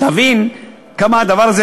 להבין כמה הדבר הזה